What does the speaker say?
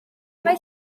mae